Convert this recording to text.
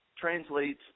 translates